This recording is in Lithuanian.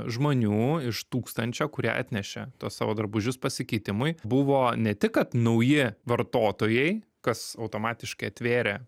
žmonių iš tūkstančio kurie atnešė tuos savo drabužius pasikeitimui buvo ne tik kad nauji vartotojai kas automatiškai atvėrė